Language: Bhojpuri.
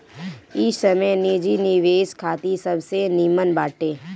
इ समय निजी निवेश खातिर सबसे निमन बाटे